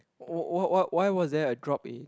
why why why why was there a drop eh